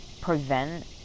prevent